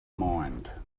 mind